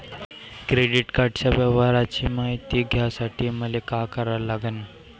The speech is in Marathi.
क्रेडिट कार्डाच्या व्यवहाराची मायती घ्यासाठी मले का करा लागन?